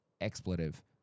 expletive